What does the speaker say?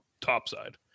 topside